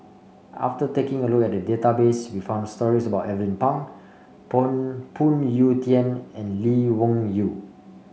after taking a look at the database we found stories about Alvin Pang Phoon Phoon Yew Tien and Lee Wung Yew